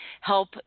help